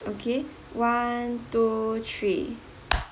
okay one two three